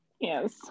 Yes